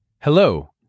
Hello